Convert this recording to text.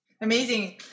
Amazing